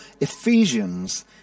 Ephesians